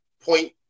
point